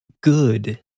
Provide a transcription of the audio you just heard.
good